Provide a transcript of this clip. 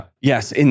Yes